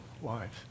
wives